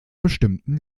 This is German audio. bestimmten